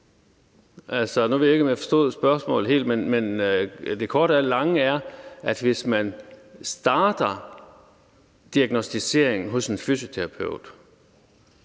om jeg forstod spørgsmålet, men det korte af det lange er, at hvis man starter diagnosticeringen hos en fysioterapeut,